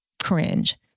Cringe